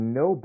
no